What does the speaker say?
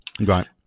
Right